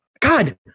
God